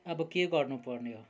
अब के गर्नुपर्ने हो